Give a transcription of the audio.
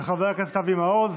של חבר הכנסת אבי מעוז.